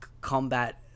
combat